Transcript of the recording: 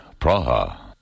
Praha